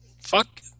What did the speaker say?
fuck